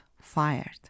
fired